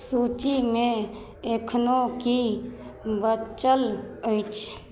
सूचिमे एखनहु कि बचल अछि